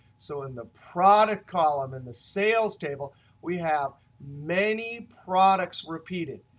so in the product column in the sales table we have many products repeated.